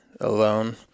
alone